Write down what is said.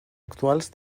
actuals